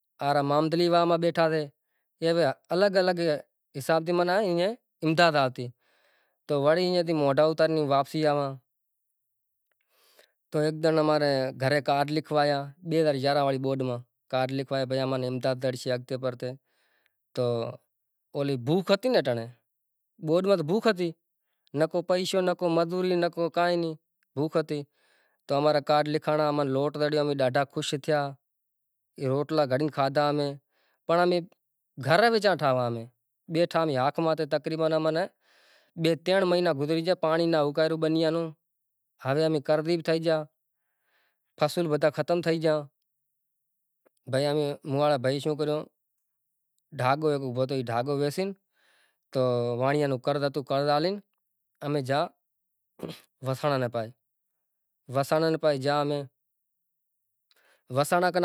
تو اے ماں مزوری جیوو کر ناممکن سے، ہمزی گیا تو ایوو حساب کتاب سے، مزوری رو ان آبادی رو ان سبزی رو تو باقی کام سے اگے ہی آپاں ناں کرنڑو سے بنی رو کرنڑو سے مائیٹاں ناں ہنبھالنڑا سے ان سوکراں ناں بھی سنبھالنڑا سے روزی بھی کرنووی سے پانجے پانڑ رو بھی خیال رانکھنوو سے بیزاں بھایئاں ری بھی سپورٹ کرنوی سے ان گوٹھ واڑاں نیں بھی تھوڑو گھنڑو آخر سہارو ڈیونڑو سے گوٹھ ماں بیٹھا ساں تو بدہا ناں ماناں دلجا ہالوی سے۔ دلجا آلشاں تو آگر کامیاب تھاشاں ان جیکڈنہں دلجا ئی ناں آلاں کہ توں تاں رے مونہہ ہوں ماں رے مونہہ تو بھئی کائیں نیں بنڑے۔ سبھ کو پانجے مونہہ ہلشے تو اینا شوں کری شگے پوئے، تو ای حساب کتاب سے بھاجیاں ری تماں